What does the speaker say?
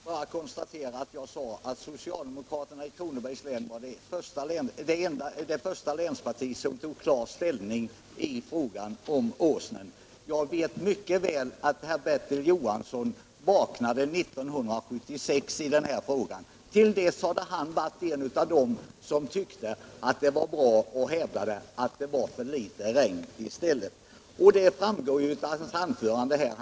Herr talman! Jag sade att socialdemokraterna i Kronobergs län var det första länsparti som tog klar ställning i frågan om sjön Åsnen. Jag vet mycket väl att herr Bertil Johansson i Växjö vaknade 1976 i den här frågan. Till dess hade han varit en av dem som tyckte att det var bra och hävdade att det föll för litet regn. Det framgår också av hans anförande här.